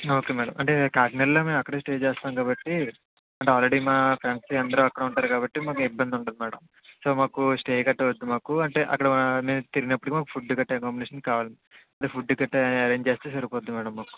okay madam అంటే కాకినాడలో మేము అక్కడే స్టే చేస్తాం కాబట్టి అంటే ఆల్రెడీ మా ఫ్రెండ్స్ అందరూ అక్కడే ఉంటారు కాబట్టి మాకు ఇబ్బంది ఉండదు మ్యాడమ్ సో మాకు స్టే గట్టా వద్దు మాకు అంటే అక్కడ మేము తిరిగినప్పుడు మాకు ఫుడ్ గట్టాఅకోమడేషన్ కావాలి అంటే ఫుడ్ గట్టా ఎరేంజ్ చేస్తే సరిపోద్ది మ్యాడమ్ మాకు